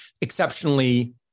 exceptionally